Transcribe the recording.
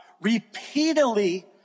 repeatedly